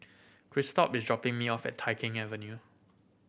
Christop is dropping me off at Tai Keng Avenue